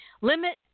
Limit